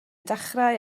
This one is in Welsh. dechrau